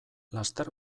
laster